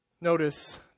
Notice